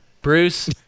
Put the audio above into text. Bruce